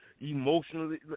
emotionally